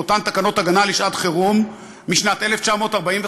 מאותן תקנות הגנה לשעת-חירום משנת 1945,